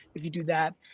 if you do that.